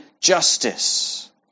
justice